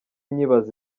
nkibaza